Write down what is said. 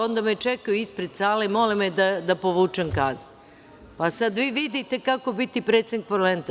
Onda me čekaju ispred sale i mole me da povučem kazne, pa sada vi vidite kako je biti predsednik parlamenta.